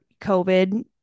COVID